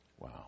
Wow